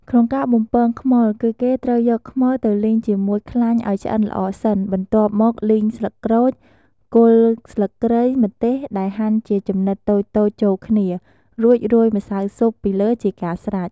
ក្នុងការបំពងខ្មុល គឺគេត្រូវយកខ្មុលទៅលីងជាមួយខ្លាញ់ឱ្យឆ្អិនល្អសិន បន្ទាប់មកលីង ស្លឹកក្រូច គល់ស្លឹកគ្រៃ ម្ទេស ដែលហាន់ជាចំណិតតូចៗចូលគ្នា រួចរោយម្សៅស៊ុបពីលើជាការស្រេច។